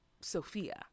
Sophia